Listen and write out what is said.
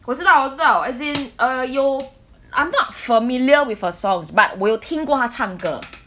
我知道我知道 as in err 有 I'm not familiar with her songs but 我有听过她唱歌